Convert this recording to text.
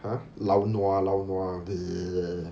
!huh! lao nua lao nua